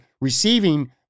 receiving